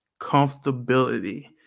Comfortability